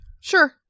Sure